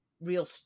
real